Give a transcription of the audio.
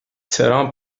ترامپ